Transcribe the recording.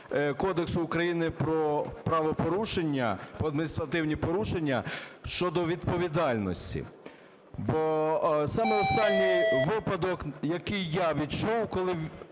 Кодексу України про адміністративні правопорушення щодо відповідальності. Бо самий останній випадок, який я відчув, коли